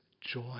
joy